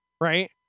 Right